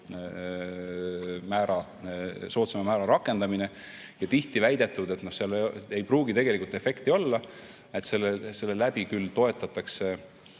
soodsama määra rakendamine, ja tihti on väidetud, et seal ei pruugi tegelikult efekti olla, et sellega küll toetatakse